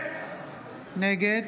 נגד